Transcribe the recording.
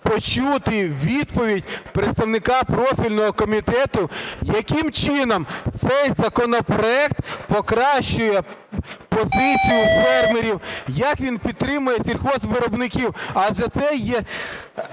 почути відповідь представника профільного комітету, яким чином цей законопроект покращує позицію фермерів, як він підтримує сільгоспвиробників, адже це є